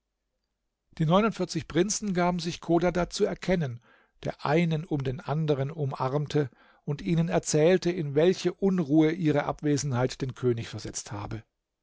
die neunundvierzig prinzen gaben sich chodadad zu erkennen der einen um den anderen umarmte und ihnen erzählte in welche unruhe ihre abwesenheit den könig versetzte habe